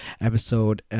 episode